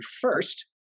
first